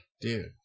dude